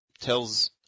tells